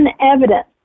evidence